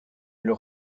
leur